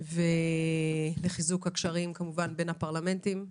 לחיזוק הקשרים בין הפרלמנטים.